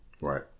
Right